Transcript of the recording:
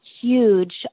huge